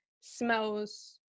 smells